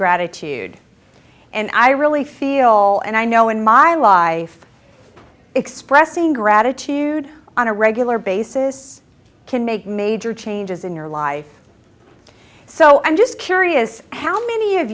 gratitude and i really feel and i know in my life expressing gratitude on a regular basis can make major changes in your life so i'm just curious how many of